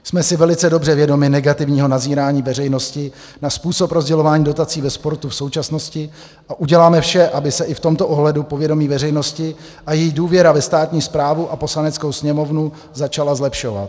Jsme si velice dobře vědomi negativního nazírání veřejnosti na způsob rozdělování dotací ve sportu v současnosti a uděláme vše, aby se i v tomto ohledu povědomí veřejnosti a její důvěra ve státní správu a Poslaneckou sněmovnu začala zlepšovat.